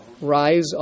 rise